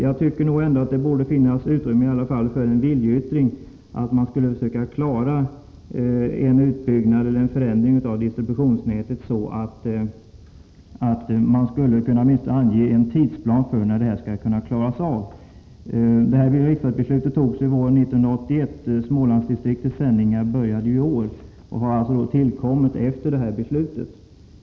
Jag tycker nog att det borde finnas utrymme för en viljeyttring att försöka klara av en utbyggnad eller förändring av distributionsnätet och åtminstone ange en tidsplan för när detta kan vara klart. Riksdagsbeslutet togs 1981. Smålandsdistriktets sändningar började i år och har alltså tillkommit efter detta beslut.